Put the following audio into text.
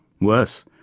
worse